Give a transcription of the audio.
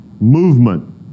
movement